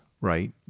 right